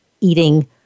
eating